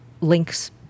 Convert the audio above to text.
links